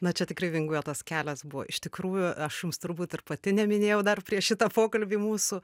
na čia tikrai vingiuotas kelias buvo iš tikrųjų aš jums turbūt ir pati neminėjau dar prieš šitą pokalbį mūsų